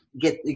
get